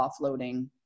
offloading